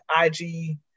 IG